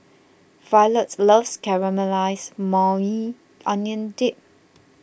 Violet loves Caramelized Maui Onion Dip